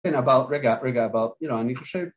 ‫כן אבל רגע, רגע, אבל אני חושב...